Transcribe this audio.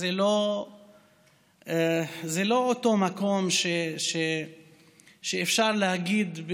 זה לא אותו מקום שאפשר להגיד,